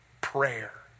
Prayer